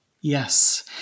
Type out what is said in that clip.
Yes